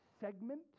segment